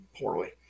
poorly